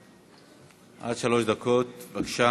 עד שלוש דקות, בבקשה.